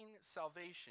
salvation